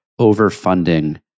overfunding